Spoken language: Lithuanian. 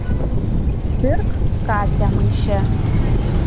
pirk katę maiše